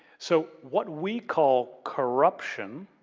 so, what we call corruption